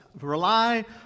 rely